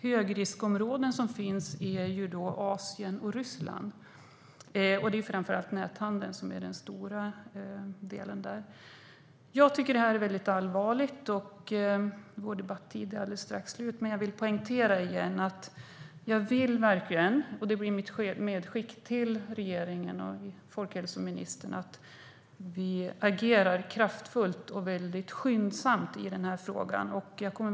Högriskområdena är Asien och Ryssland, och det är framför allt näthandeln som är den stora delen. Jag tycker att det här är väldigt allvarligt. Vår debattid är alldeles strax slut. Men jag vill poängtera igen - det blir mitt medskick till regeringen och folkhälsoministern - att jag verkligen vill att vi agerar kraftfullt och väldigt skyndsamt i den här frågan.